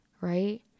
right